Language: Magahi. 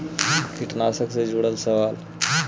कीटनाशक से जुड़ल सवाल?